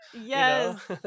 Yes